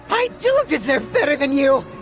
i do deserve better than you.